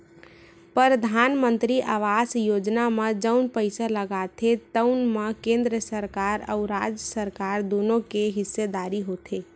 परधानमंतरी आवास योजना म जउन पइसा लागथे तउन म केंद्र सरकार अउ राज सरकार दुनो के हिस्सेदारी होथे